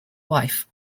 wife